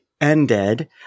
ended